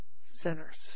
sinners